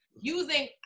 using